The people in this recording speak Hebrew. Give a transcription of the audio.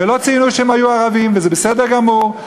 ולא ציינו שהם היו ערבים, וזה בסדר גמור.